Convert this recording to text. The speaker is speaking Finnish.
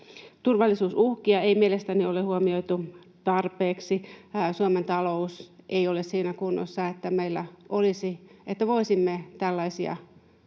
turvallisuusuhkia mielestäni ole huomioitu tarpeeksi. Suomen talous ei ole siinä kunnossa, että voisimme tällaisia